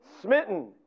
Smitten